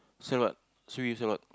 so what so you say what